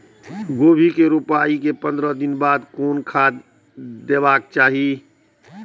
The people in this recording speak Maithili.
गोभी के रोपाई के पंद्रह दिन बाद कोन खाद दे के चाही?